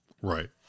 Right